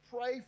pray